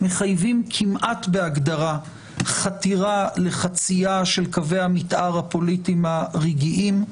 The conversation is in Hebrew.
מחייבים כמעט בהגדרה חתירה לחציה של קווי המתאר הפוליטיים הרגעיים,